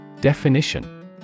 Definition